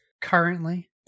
currently